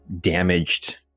damaged